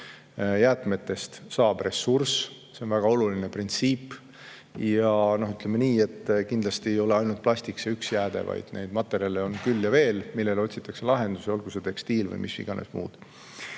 Jäätmetest saab ressurss, see on väga oluline printsiip. Ja ütleme nii, et kindlasti ei ole ainult plastik see üks jääde, vaid neid materjale on küll ja veel, millele otsitakse lahendusi, olgu see tekstiil või mis iganes muu.